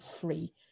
free